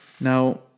Now